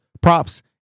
props